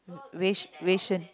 wei-sh wei-sh~ wei-sheng